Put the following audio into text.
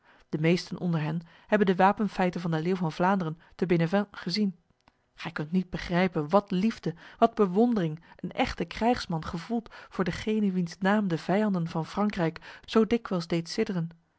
de meesten onder hen hebben de wapenfeiten van de leeuw van vlaanderen te benevent gezien gij kunt niet begrijpen wat liefde wat bewondering een echte krijgsman gevoelt voor degene wiens naam de vijanden van frankrijk zo dikwijls deed